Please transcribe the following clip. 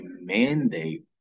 mandate